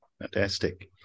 Fantastic